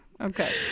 Okay